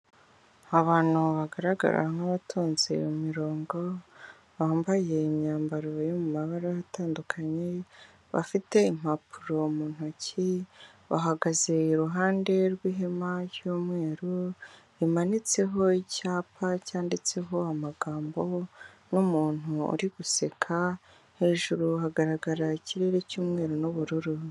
Abantu bagaragara nkabatonze iyo imirongo bambaye imyambaro yo mu mabara atandukanye bafite impapuro mu ntoki bahagaze iruhande rw'ihema ry'umweru rimanitseho icyapa cyanditseho amagambo n'umuntu uri guseka hejuru hagaragara ikirere cy'umweru n'ubururu.